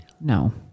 No